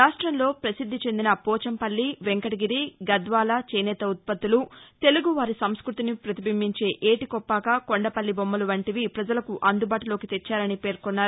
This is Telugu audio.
రాష్టంలో పసిద్ది చెందిన పోంచంపల్లి వెంకటగిరి గద్వాల చేనేత ఉత్పత్తులు తెలుగు వారి సంస్మృతిని పతిబింబించే ఏటి కొప్పాక కొండపల్లి బొమ్మలు వంటివి పజలకు అందుబాటులోకి తెచ్చారని పేర్కొన్నారు